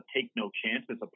take-no-chances